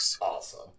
Awesome